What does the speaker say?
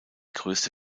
größte